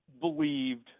believed